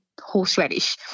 horseradish